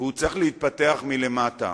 והוא צריך להתפתח מלמטה.